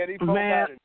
Man